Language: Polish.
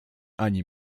ani